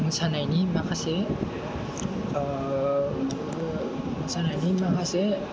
मोसानायनि माखासे मोसानायनि माखासे